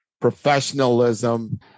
professionalism